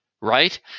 right